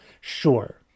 Sure